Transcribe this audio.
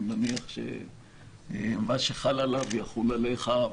אני מניח שמה שחל עליו יחול עליך.